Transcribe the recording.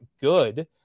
good